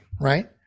right